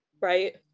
right